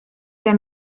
der